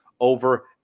over